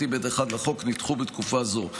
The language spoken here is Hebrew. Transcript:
3א(ב1) לחוק נדחו בתקופה זו.